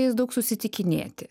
jais daug susitikinėti